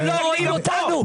אתם לא רואים אותו.